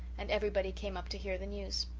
and everybody came up to hear the news.